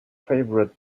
favorite